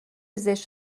زشت